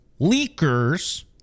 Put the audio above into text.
leakers